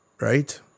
right